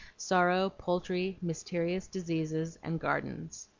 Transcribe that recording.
sorrow, poultry, mysterious diseases, and gardens.